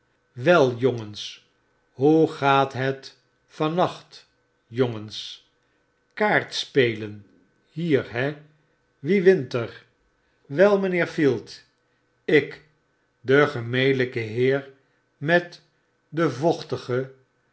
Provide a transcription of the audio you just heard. wel jongens hoe gaat het van nachtjon gens kaart spelen hier he wie winter wel mynheer field ik de gemelijke heer met de vochtige